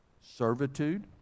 servitude